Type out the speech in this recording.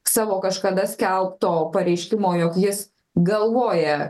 savo kažkada skelbto pareiškimo jog jis galvoja